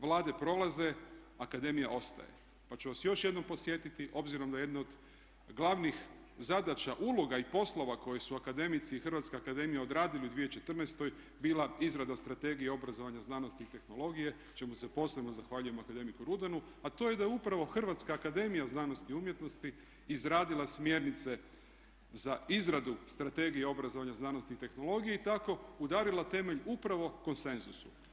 Vlade prolaze, akademija ostaje, pa ću vas još jednom podsjetiti obzirom da jedne od glavnih zadaća, uloga i poslova koje su akademici Hrvatske akademije odradili u 2014. bila izrada Strategije obrazovanja, znanosti i tehnologije čemu se posebno zahvaljujem akademiku Rudanu, a to je da je upravo Hrvatska akademija znanosti i umjetnosti izradila smjernice za izradu Strategije obrazovanja znanosti i tehnologije i tako udarila temelj upravo konsenzusu.